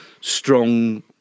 strong